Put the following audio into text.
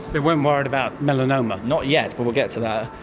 they weren't worried about melanoma? not yet, but we'll get to that.